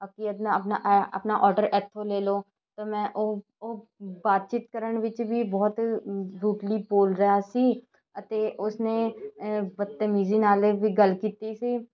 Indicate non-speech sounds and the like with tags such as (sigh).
(unintelligible) ਆਪਣਾ ਆਪਣਾ ਔਡਰ ਇੱਥੋਂ ਲੈ ਲਓ ਅਤੇ ਮੈਂ ਉਹ ਉਹ ਬਾਤਚੀਤ ਕਰਨ ਵਿੱਚ ਵੀ ਬਹੁਤ ਰੂਟਲੀ ਬੋਲ ਰਿਹਾ ਸੀ ਅਤੇ ਉਸਨੇ ਬਤਮੀਜ਼ੀ ਨਾਲ ਵੀ ਗੱਲ ਕੀਤੀ ਸੀ